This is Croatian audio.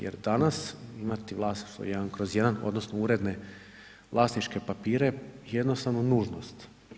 Jer danas imati vlasništvo 1/1 odnosno uredne vlasničke papire je jednostavno nužnost.